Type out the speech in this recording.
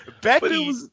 Becky